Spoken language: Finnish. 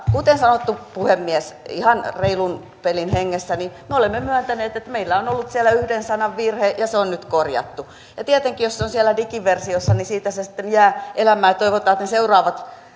kuten sanottu puhemies ihan reilun pelin hengessä me olemme myöntäneet että meillä on ollut siellä yhden sanan virhe ja se on nyt korjattu ja tietenkin jos se on siellä digiversiossa niin siellä se sitten jää elämään ja toivotaan että ne seuraavat